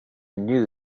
knew